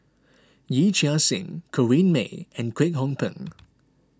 Yee Chia Hsing Corrinne May and Kwek Hong Png